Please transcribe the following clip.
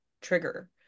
trigger